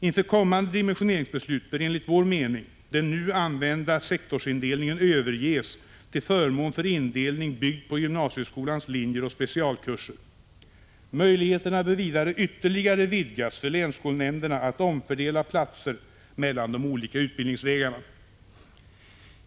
Inför kommande dimensioneringsbeslut bör enligt vår mening den nu använda sektorindelningen överges till förmån för indelning byggd på gymnasieskolans linjer och specialkurser. Möjligheterna bör vidare ytterligare vidgas för länsskolnämnderna att omfördela platser mellan de olika utbildningsvägarna.